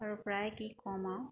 আৰু প্ৰায় কি কম আৰু